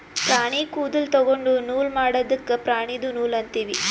ಪ್ರಾಣಿ ಕೂದಲ ತೊಗೊಂಡು ನೂಲ್ ಮಾಡದ್ಕ್ ಪ್ರಾಣಿದು ನೂಲ್ ಅಂತೀವಿ